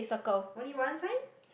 only one sign